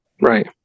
Right